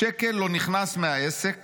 שקל לא נכנס מהעסק